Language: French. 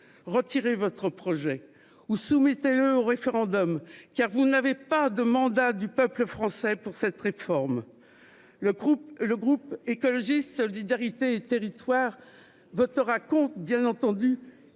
Retirez votre projet ou soumettez-le au référendum, car vous n'avez pas de mandat du peuple français pour cette réforme. Le groupe Écologiste - Solidarité et Territoires votera contre ce texte,